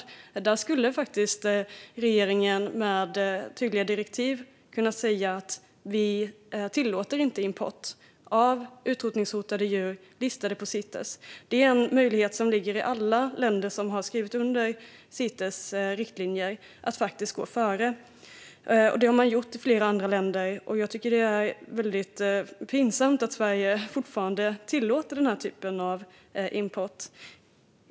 Regeringen skulle faktiskt genom tydliga direktiv kunna säga att vi inte tillåter import av utrotningshotade djur listade i Cites. Det är en möjlighet att gå före som finns för alla länder som har skrivit under Cites riktlinjer, och flera andra länder har gjort detta. Jag tycker att det är väldigt pinsamt att Sverige fortfarande tillåter den här typen av import.